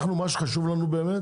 מה שחשוב לנו באמת,